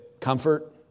comfort